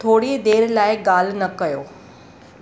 थोरी देरि लाइ ॻाल्हि न कयो